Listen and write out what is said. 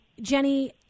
Jenny